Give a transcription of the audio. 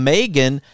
Megan